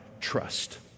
trust